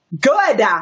good